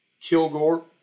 Kilgore